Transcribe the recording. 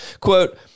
Quote